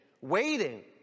waiting